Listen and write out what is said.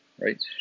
right